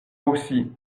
aussi